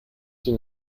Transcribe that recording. sie